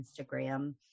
Instagram